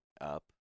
up